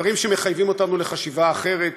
דברים שמחייבים אותנו לחשיבה אחרת,